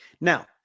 Now